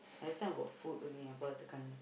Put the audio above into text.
everytime about food only Appa will tekan him